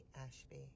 Ashby